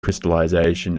crystallization